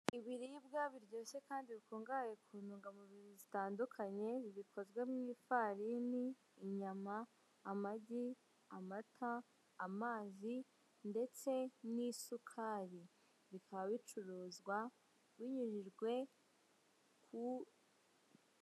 Ibiribwa biryoshye kandi bikungahaye ku ntungamubiri zitandukanye bikozwe mu ifarini, inyama, amagi, amata, amagi ndetse n'isukari bikaba bicuruzwa binyujijwe ku....